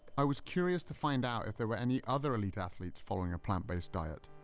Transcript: i was curious to find out if there were any other elite athletes following a plant-based diet.